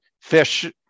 fish